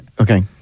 okay